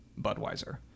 Budweiser